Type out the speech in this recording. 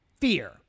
fear